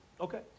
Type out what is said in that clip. Okay